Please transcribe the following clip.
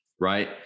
Right